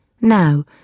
Now